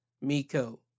Miko